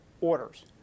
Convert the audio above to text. orders